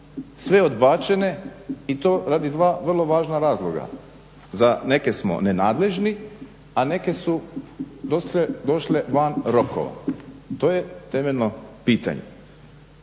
sve odbačene i to radi dva vrlo važna razloga, za neke smo nenadležne, a neke su došle van rokova. To je temeljno pitanje.